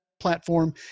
platform